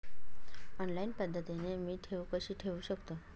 Online पद्धतीने मी ठेव कशी ठेवू शकतो?